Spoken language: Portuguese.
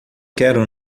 quero